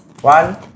One